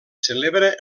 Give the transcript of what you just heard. celebra